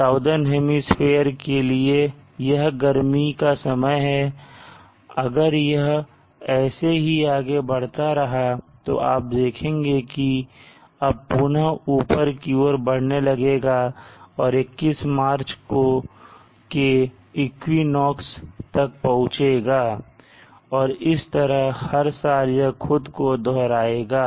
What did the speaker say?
southern hemisphere के लिए यह गर्मी का समय है और अगर यह ऐसे ही आगे बढ़ता रहा तो आप देखेंगे अब पुनः ऊपर की ओर बढ़ने लगेगा और 21 मार्च के इक्विनोक्स तक पहुँचेगा और इस तरह हर साल यह खुद को दोहराए गा